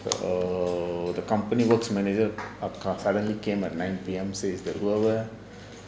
the err the company works manager suddenly came at nine P_M says that whoever